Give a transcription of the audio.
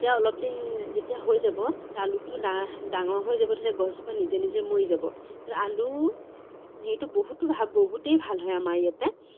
তেতিয়া অলপদিন যেতিয়া হৈ যাব আলুটো ডা ডাঙৰ হৈ যাব তেতিয়া গছজোপা নিজে নিজে মৰি যাব আলু সেইটো বহুতো বহুতেই ভাল হয় আমাৰ ইয়াতে